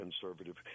conservative